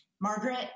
Margaret